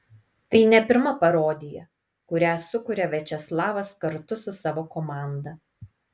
tai ne pirma parodija kurią sukuria viačeslavas kartu su savo komanda